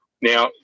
Now